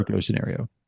scenario